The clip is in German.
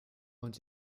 und